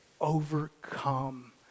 overcome